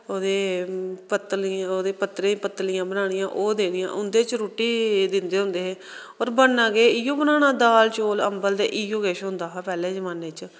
ओह्दे पत्तलीं ओह्दे पत्तरें दी पत्तलियां बनानियां ओह् देनियां उं'दे च रुट्टी दिंदे होंदे हे होर बनना केह् इ'यो बनाना दाल चौल अम्बल ते इ'यो किश होंदा हा पैह्ले जमान्ने च